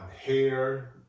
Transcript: hair